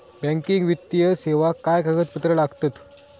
Banking वित्तीय सेवाक काय कागदपत्र लागतत?